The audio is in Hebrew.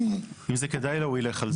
אם זה כדאי לו, הוא ילך על זה.